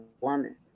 woman